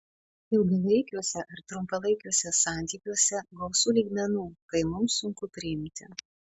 ilgalaikiuose ar trumpalaikiuose santykiuose gausu lygmenų kai mums sunku priimti